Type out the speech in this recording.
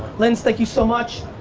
linds, thank you so much,